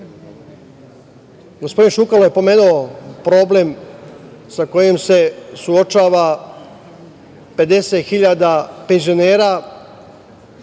Gospodin Šukalo je pomenuo problem sa kojim se suočava 50.000 penzionera